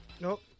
Nope